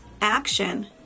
action